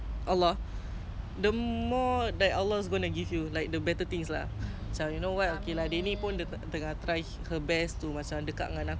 buat benda baik-baik ah rezeki ah you know like that's how I feel lah like you know I'm this comfortable to act like allah but then no lah